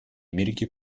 америки